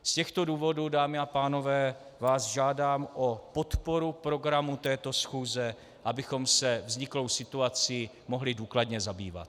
Z těchto důvodů, dámy a pánové, vás žádám o podporu programu této schůze, abychom se vzniklou situací mohli důkladně zabývat.